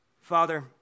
Father